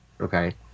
okay